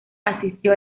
asistió